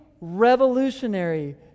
revolutionary